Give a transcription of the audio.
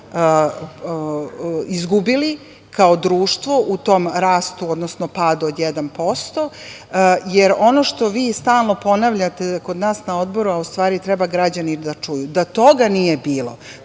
izgubili kao društvo u tom rastu, odnosno padu od 1%, jer ono što vi stalno ponavljate kod nas na Odboru, a u stvari treba građani da čuju, da toga nije bilo,